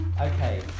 Okay